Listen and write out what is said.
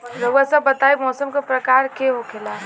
रउआ सभ बताई मौसम क प्रकार के होखेला?